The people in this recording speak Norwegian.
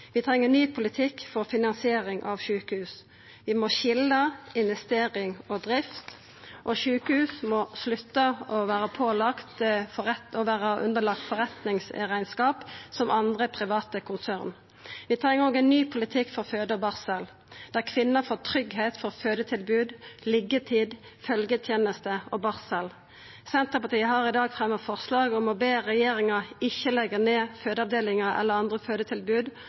Vi treng ein ny politikk for finansiering av sjukehus. Vi må skilja investering og drift, og sjukehus må slutta å vera underlagde forretningsrekneskap som andre, private konsern. Vi treng òg ein ny politikk for føde og barsel, der kvinner får tryggleik for fødetilbod, liggjetid, følgjeteneste og barsel. Senterpartiet har i dag fremja forslag om å be regjeringa om ikkje å leggja ned fødeavdelingar eller andre fødetilbod